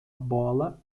bola